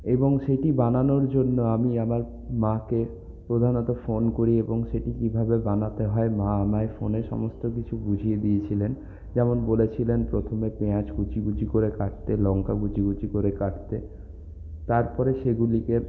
এবং সেটি বানানোর জন্য আমি আমার মাকে প্রধানত ফোন করি এবং সেটি কীভাবে বানাতে হয় মা আমায় ফোনে সমস্ত কিছু বুঝিয়ে দিয়েছিলেন যেমন বলেছিলেন প্রথমে পেঁয়াজ কুচি কুচি করে কাটতে লঙ্কা কুচি কুচি করে কাটতে তারপরে সেগুলিকে